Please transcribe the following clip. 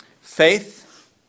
Faith